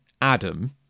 adam